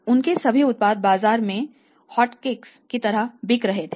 उनके सभी उत्पाद बाजार में होटकेक्स की तरह बिक रहे थे